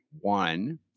One